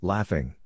Laughing